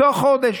תוך חודש,